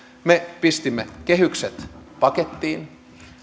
me pistimme kehykset pakettiin